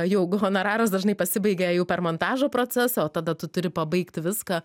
jau honoraras dažnai pasibaigia jau per montažo procesą o tada tu turi pabaigti viską